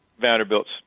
Vanderbilt's